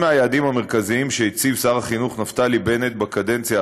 אחד מהיעדים המרכזיים שהציב שר החינוך נפתלי בנט בקדנציה